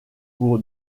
pour